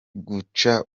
guca